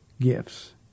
gifts